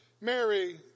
Mary